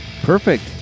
perfect